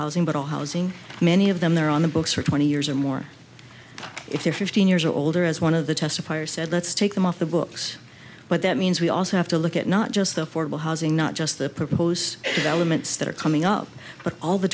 housing but all housing many of them they're on the books for twenty years or more if they're fifteen years old or as one of the testifier said let's take them off the books but that means we also have to look at not just the formal housing not just the proposed elements that are coming up but all the